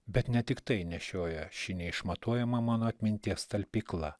bet ne tiktai nešioja šį neišmatuojamą mano atminties talpykla